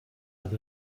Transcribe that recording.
oedd